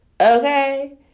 okay